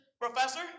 professor